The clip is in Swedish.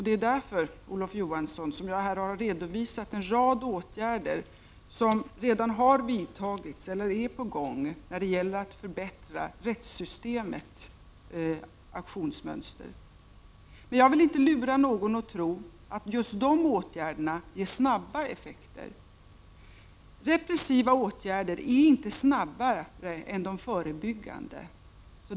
Det är därför, Olof Johansson, som jag här har redovisat en rad åtgärder som redan har vidtagits eller är på gång när det gäller att förbättra rättssystemets aktionsmönster. Jag vill däremot inte lura någon att tro att just de åtgärderna ger snabba effekter. Repressiva åtgärder är inte snabbare än de förebyggande.